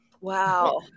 Wow